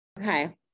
Okay